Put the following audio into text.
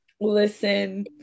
listen